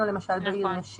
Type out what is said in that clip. לנו למשל בעיר יש